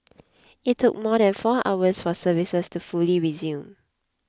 it took more than four hours for services to fully resume